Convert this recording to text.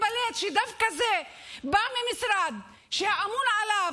מתפלאת שזה בא דווקא ממשרד שאמון עליו,